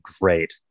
great